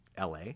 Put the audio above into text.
la